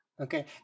Okay